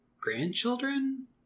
grandchildren